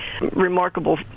remarkable